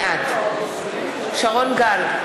בעד שרון גל,